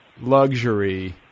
luxury